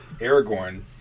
Aragorn